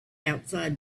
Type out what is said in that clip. outside